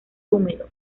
húmedo